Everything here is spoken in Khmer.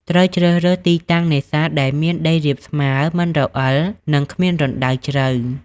ត្រូវជ្រើសរើស ទីតាំងនេសាទ ដែលមានដីរាបស្មើ មិនរអិល និងគ្មានរណ្តៅជ្រៅ។